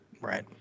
Right